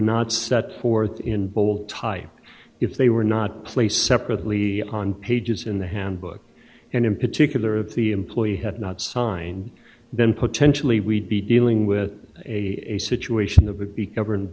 not set forth in bold type if they were not placed separately on pages in the handbook and in particular of the employee had not signed them potentially we'd be dealing with a situation of would be governed